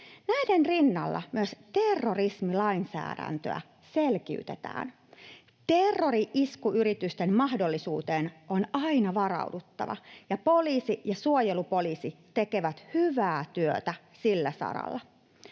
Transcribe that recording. Näiden rinnalla myös terrorismilainsäädäntöä selkiytetään. Terrori-iskuyritysten mahdollisuuteen on aina varauduttava, ja poliisi ja suojelupoliisi tekevät hyvää työtä sillä saralla.